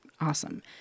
Awesome